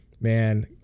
Man